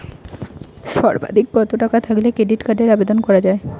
সর্বাধিক কত টাকা থাকলে ক্রেডিট কার্ডের আবেদন করা য়ায়?